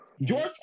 George